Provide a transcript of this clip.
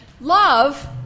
love